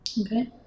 Okay